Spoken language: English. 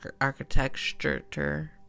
architecture